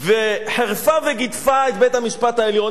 והיא חירפה וגידפה את בית-המשפט העליון,